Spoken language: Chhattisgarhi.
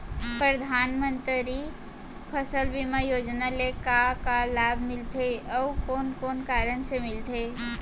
परधानमंतरी फसल बीमा योजना ले का का लाभ मिलथे अऊ कोन कोन कारण से मिलथे?